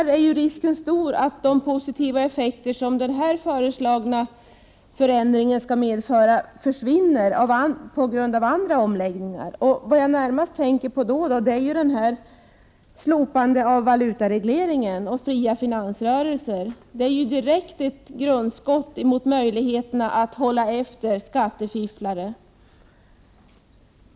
Risken är tyvärr stor att de positiva effekter som den här föreslagna förändringen skall medföra försvinner på grund av andra omläggningar. Jag tänker främst på slopandet av valutaregleringen och på fria finansrörelser. Detta är ett direkt grundskott mot möjligheten att hålla efter skattefifflare.